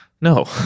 no